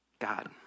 God